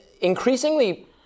increasingly